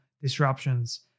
disruptions